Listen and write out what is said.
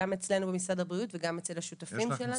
גם אצלנו במשרד הבריאות וגם השותפים שלנו.